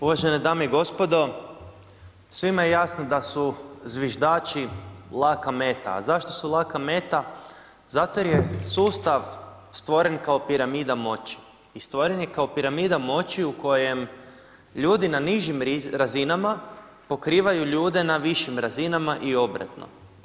Uvažene dame i gospodo, svima je jasno da su zviždači laka meta a zašto su laka meta, zato jer je sustav stvoren kao piramida moći i stvoren je kao piramida moći u kojem ljudi na nižim razinama pokrivaju ljude na višim razinama i obratno.